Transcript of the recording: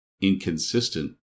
inconsistent